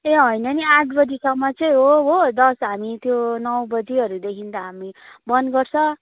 ए होइन नि आठ बजीसम्म चाहिँ हो हो दस हामी त्यो नौ बजीहरूदेखि त हामी बन्द गर्छ